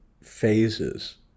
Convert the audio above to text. phases